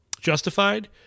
Justified